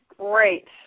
Great